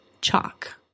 chalk